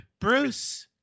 Bruce